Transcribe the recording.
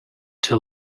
too